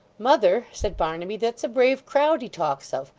mother! said barnaby, that's a brave crowd he talks of.